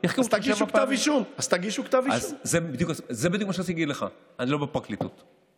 רצוני לשאול: 1. האם יש הנחיה לבקש הארכת מעצרו?